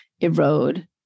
erode